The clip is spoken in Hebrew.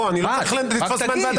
רק תגיד.